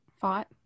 fought